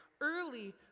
early